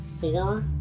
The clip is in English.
Four